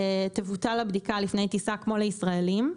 תבוטל הבדיקה לפני טיסה כמו לישראלים.